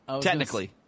Technically